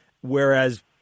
whereas